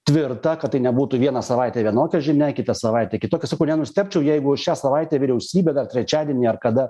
tvirtą kad tai nebūtų vieną savaitę vienokia žinia kitą savaitę kitokia sakau nustebčiau jeigu šią savaitę vyriausybė dar trečiadienį ar kada